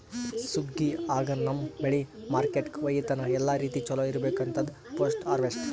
ಸುಗ್ಗಿ ಆಗನ ನಮ್ಮ್ ಬೆಳಿ ಮಾರ್ಕೆಟ್ಕ ಒಯ್ಯತನ ಎಲ್ಲಾ ರೀತಿ ಚೊಲೋ ಇರ್ಬೇಕು ಅಂತದ್ ಪೋಸ್ಟ್ ಹಾರ್ವೆಸ್ಟ್